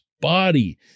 body